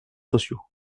sociaux